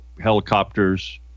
helicopters